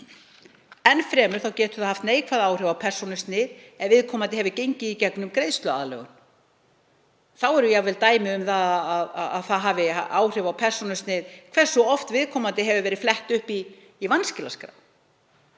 Enn fremur getur það haft neikvæð áhrif á persónusnið ef viðkomandi hefur gengið í gegnum greiðsluaðlögun. Þá eru jafnvel dæmi um að það hafi áhrif á persónusnið hversu oft viðkomandi hefur verið flett upp í vanskilaskrá.“